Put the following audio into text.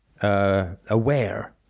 aware